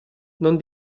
non